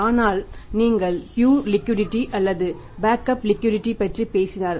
ஆனால் நீங்கள் pure liquidity பற்றி பேசினால்